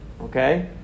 Okay